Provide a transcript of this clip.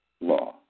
law